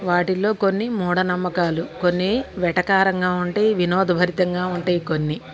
వాటిలో కొన్ని మూఢనమ్మకాలు కొన్ని వెటకారంగా ఉంటాయి వినోదభరితంగా ఉంటాయి కొన్ని